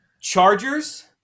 Chargers